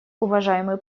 уважаемый